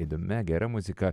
įdomia gera muzika